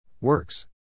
Works